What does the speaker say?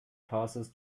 passes